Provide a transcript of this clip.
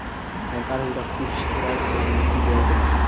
सरकार हुनका किछ कर सॅ मुक्ति दय देलक